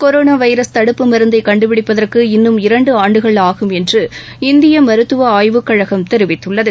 corona virus தடுப்பு மருந்தை கண்டுபிடிப்பதற்கு இன்னும் இரண்டு ஆண்டுகள் ஆகும் என்று இந்திய மருத்துவ ஆய்வுக்கழகம் தெரிவித்துள்ளது